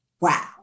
wow